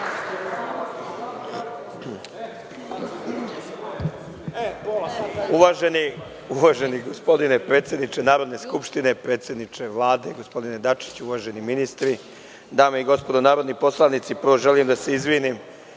Uvaženi gospodine predsedniče Narodne skupštine, predsedniče Vlade, gospodine Dačiću, uvaženi ministri, dame i gospodo narodni poslanici, prvo želim da se izvinim